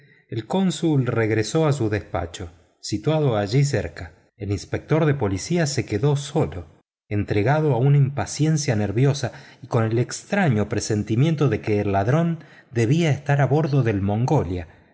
el cónsul regresó a su despacho situado allí cerca el inspector de policía se quedó solo entregado a una impaciencia nerviosa y con el extraño presentimiento de que el ladrón debía estar a bordo del mongolia